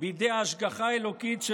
בידי ההשגחה האלוקית,